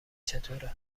چطوره